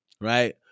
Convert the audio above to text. right